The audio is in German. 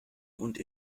und